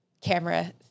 camera